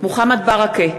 מוחמד ברכה,